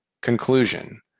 Conclusion